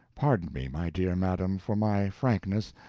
pardon me, my dear madam, for my frankness.